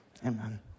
Amen